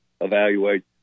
evaluate